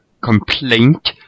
Complaint